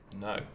No